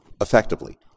effectively